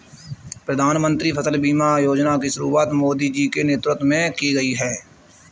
प्रधानमंत्री फसल बीमा योजना की शुरुआत मोदी जी के नेतृत्व में की गई है